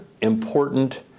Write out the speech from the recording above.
important